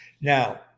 Now